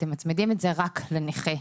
אתם מצמידים את זה רק לנכה.